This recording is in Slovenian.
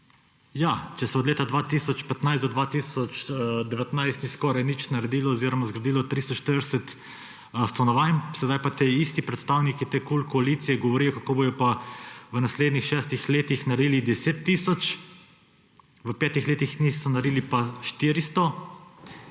če se od leta 2015 do 2019 ni skoraj nič naredilo oziroma zgradilo 340 stanovanj, sedaj pa ti isti predstavniki te KUL koalicije govorijo, kako bojo pa v naslednjih šestih letih naredili 10 tisoč, v petih letih jih niso naredili pa 400.